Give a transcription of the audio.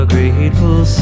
grateful